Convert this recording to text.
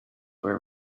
were